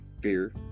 fear